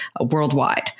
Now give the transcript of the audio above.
worldwide